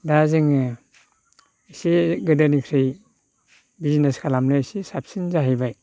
दा जोङो एसे गोदोनिफ्राय बिजिनेस खालामनो एसे साबसिन जाहैबाय